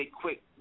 Quick